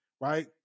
Right